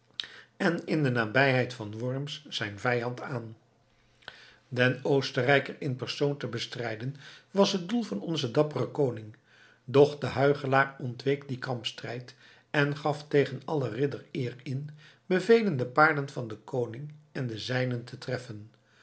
en in de nabijheid van worms zijn vijand aan den oostenrijker in persoon te bestrijden was het doel van onzen dapperen koning doch de huichelaar ontweek dien kampstrijd en gaf tegen alle riddereer in bevel de paarden van den koning en de zijnen te treffen